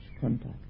contact